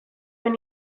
duen